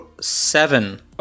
seven